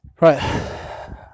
Right